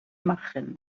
machen